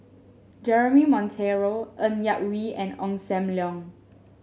Jeremy Monteiro Ng Yak Whee and Ong Sam Leong